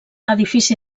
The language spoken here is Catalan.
edifici